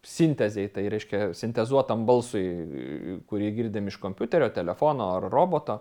sintezei tai reiškia sintezuotam balsui kurį girdim iš kompiuterio telefono ar roboto